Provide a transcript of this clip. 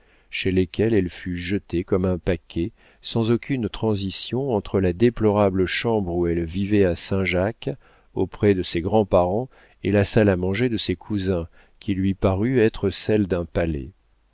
chez lesquels elle fut jetée comme un paquet sans aucune transition entre la déplorable chambre où elle vivait à saint-jacques auprès de ses grands-parents et la salle à manger de ses cousins qui lui parut être celle d'un palais